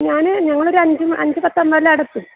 ഞാൻ ഞങ്ങളൊരു അഞ്ച് അഞ്ച് പത്താവുമ്പം എല്ലാം ആടെ എത്തും